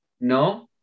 No